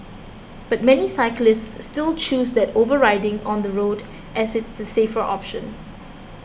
but many cyclists still choose that over riding on the road as it is the safer option